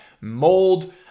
mold